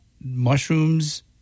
mushrooms